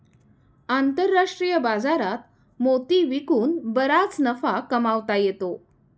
आंतरराष्ट्रीय बाजारात मोती विकून बराच नफा कमावता येतो